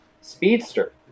speedster